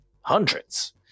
hundreds